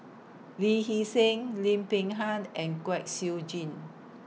Lee Hee Seng Lim Peng Han and Kwek Siew Jin